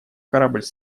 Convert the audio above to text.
корабль